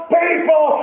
people